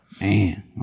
Man